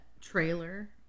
trailer